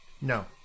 No